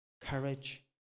courage